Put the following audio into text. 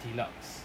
deluxe